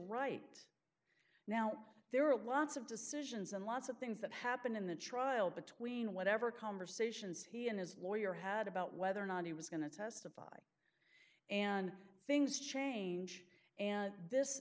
right now there are lots of decisions and lots of things that happened in the trial between whatever conversations he and his lawyer had about whether or not he was going to testify and things change and this